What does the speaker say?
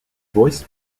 voiced